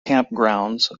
campgrounds